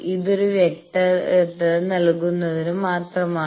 ഇത് ഒരു വ്യക്തത നെല്കുന്നതിനു മാത്രമാണ്